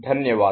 धन्यवाद